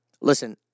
Listen